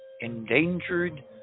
endangered